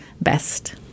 best